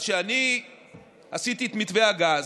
אז כשאני עשיתי את מתווה הגז,